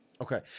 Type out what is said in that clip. okay